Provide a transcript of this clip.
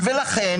ולכן,